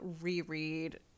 reread